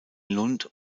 lund